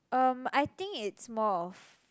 um I think it's more of